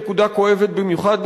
נקודה כואבת במיוחד,